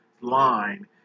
line